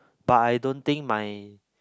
but I don't think my